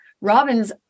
Robin's